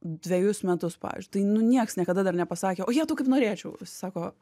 dvejus metus pavyzdžiui tai nu nieks niekada dar nepasakė o jetau kaip norėčiau sako